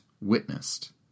witnessed